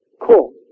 Cool